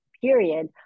period